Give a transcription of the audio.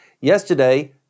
Yesterday